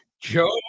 Joe